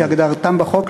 כהגדרתם בחוק,